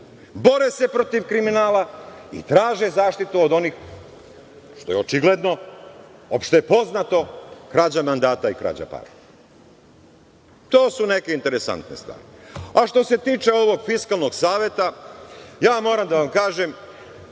Bore se protiv kriminala i traže zaštitu od onih, što je očigledno, opšte je poznato, krađa mandata i krađa para. To su neke interesantne stvari. Što se tiče ovog Fiskalnog saveta, ja moram da vam kažem,